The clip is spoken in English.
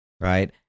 right